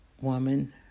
woman